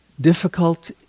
difficult